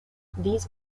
these